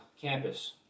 campus